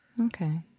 Okay